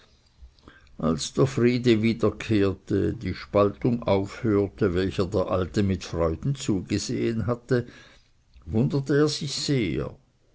als der friede wiederkehrte die spaltung aufhörte welcher der alte mit freuden zugesehen hatte wunderte er sich sehr